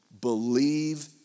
believe